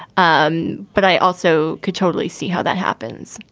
um but i also could totally see how that happens.